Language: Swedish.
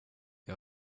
jag